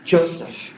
Joseph